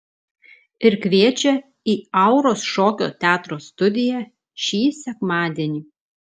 ir kviečia į auros šokio teatro studiją šį sekmadienį